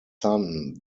son